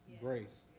grace